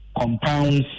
compounds